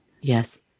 Yes